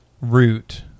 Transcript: root